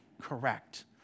correct